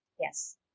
Yes